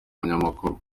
umunyamakuru